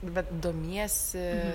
bet domiesi